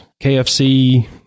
KFC